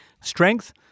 Strength